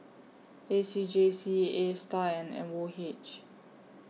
A C J C A STAR and M O H